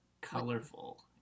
colorful